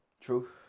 True